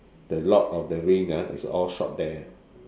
the lord of the rings ah is all shot there